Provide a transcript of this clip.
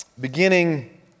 beginning